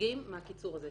מחריגים מהקיצור הזה.